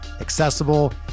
accessible